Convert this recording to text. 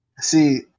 see